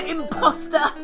Imposter